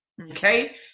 okay